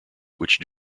which